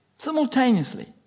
Simultaneously